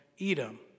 Edom